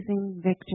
victory